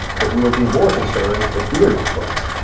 but we'll be more concerned if we are displaced.